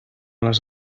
les